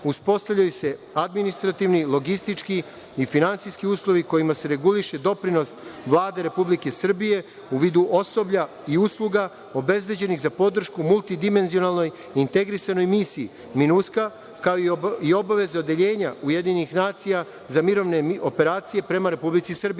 uspostavljaju se administrativni, logistički i finansijski uslovi kojima se reguliše doprinos Vlade Republike Srbije u vidu osoblja i usluga obezbeđenih za podršku multidimenzionalnoj i integrisanoj misiji „Minuska“, kao i obaveza Odeljenja UN za mirovne operacije prema Republici Srbiji. Svrha